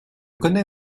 connais